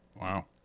Wow